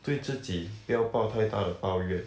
对自己不要抱太大的抱怨